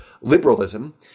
liberalism